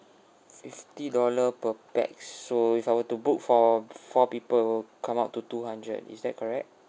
fifty dollar per pax so if I were to book for four people come up to two hundred is that correct